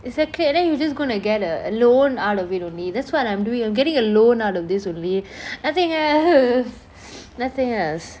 exactly and then you just going to get a a loan out of it only that's what I'm doing I'm getting a loan out of this only nothing el~ nothing else